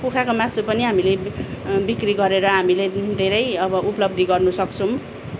कुखुराको मासु पनि हामीले बिक्री गरेर हामीले धेरै अब उपलब्धि गर्नु सक्छौँ